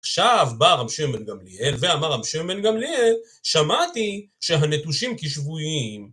עכשיו בא רבי שמעון בן גמליאל ואמר רבי שמעון בן גמליאל שמעתי שהנטושים כשבויים